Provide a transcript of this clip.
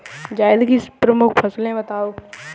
जायद की प्रमुख फसल बताओ